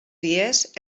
dies